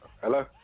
Hello